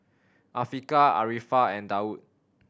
Afiqah Arifa and Daud